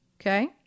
Okay